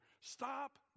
stop